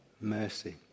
mercy